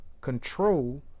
Control